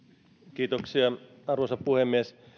kiitoksia arvoisa puhemies